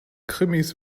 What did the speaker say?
krimis